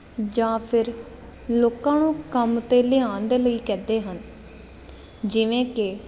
ਜਾਂ ਫਿਰ ਲੋਕਾਂ ਨੂੰ ਕੰਮ 'ਤੇ ਲਿਆਉਣ ਦੇ ਲਈ ਕਹਿੰਦੇ ਹਨ ਜਿਵੇਂ ਕਿ